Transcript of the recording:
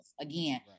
Again